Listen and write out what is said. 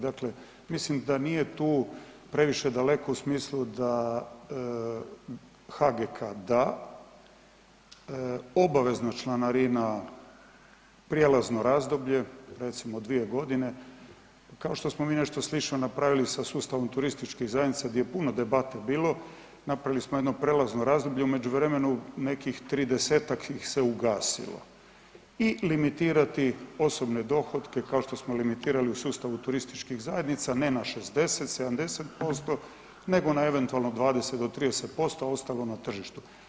Dakle, mislim da nije tu previše daleko u smislu da HKG da, obavezna članarina prijelazno razdoblje recimo dvije godine, kao što smo mi nešto slično napravili sa sustavom turističkih zajednica gdje je puno debate bilo, napravili smo jedno prijelazno razdoblje u međuvremenu nekih 30-ak ih se ugasilo i limitirati osobne dohotke kao što smo limitirali u sustavu turističkih zajednica ne 60, 70% nego na eventualno 20 do 30%, a ostalo na tržištu.